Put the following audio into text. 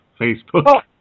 Facebook